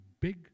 big